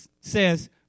says